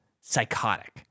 psychotic